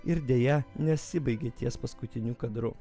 ir deja nesibaigia ties paskutiniu kadru